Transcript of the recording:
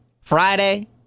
Friday